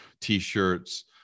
T-shirts